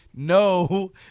No